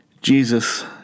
Jesus